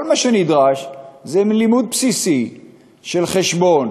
כל מה שנדרש זה לימוד בסיסי של חשבון,